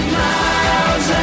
miles